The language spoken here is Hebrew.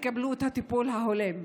יקבלו את הטיפול ההולם?